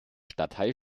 stadtteil